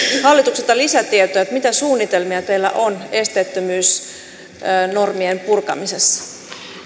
hallitukselta lisätietoja siitä mitä suunnitelmia teillä on esteettömyysnormien purkamisessa